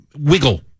wiggle